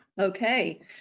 okay